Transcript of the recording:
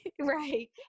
Right